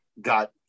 got